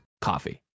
coffee